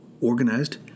organized